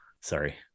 sorry